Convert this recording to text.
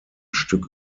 stück